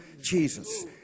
Jesus